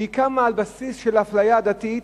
והיא קמה על בסיס של אפליה עדתית,